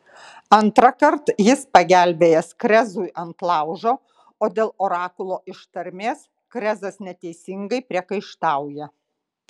antrąkart jis pagelbėjęs krezui ant laužo o dėl orakulo ištarmės krezas neteisingai priekaištauja